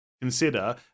consider